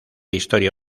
historia